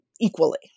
equally